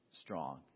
strong